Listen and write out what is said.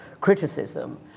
criticism